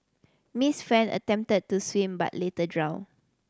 Miss Fan attempted to swim but later drowned